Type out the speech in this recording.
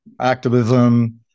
activism